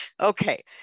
Okay